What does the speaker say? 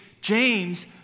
James